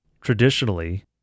Traditionally